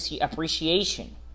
appreciation